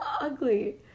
ugly